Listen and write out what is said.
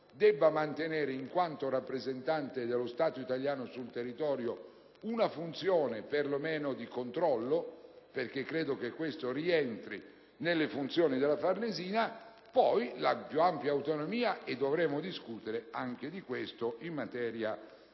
e mantenere, in quanto rappresentante dello Stato italiano sul territorio, una funzione perlomeno di controllo (perché credo che questo rientri nelle funzioni della Farnesina) e la più ampia autonomia (e dovremo discutere anche di questo in materia di